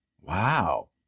Wow